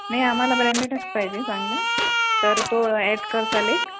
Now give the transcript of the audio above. नाही आम्हाला ब्रँडेडच पाहिजे चांगला तर तो ॲड करसाल एक